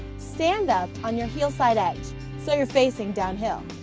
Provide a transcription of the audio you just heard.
stand up on your heel side edge so you're facing downhill.